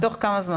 תוך כמה זמן?